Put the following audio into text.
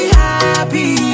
happy